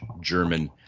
German